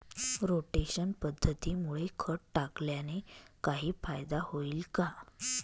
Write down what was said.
Rotation पद्धतीमुळे खत टाकल्याने काही फायदा होईल का?